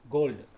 Gold